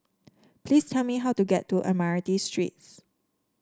please tell me how to get to Admiralty Street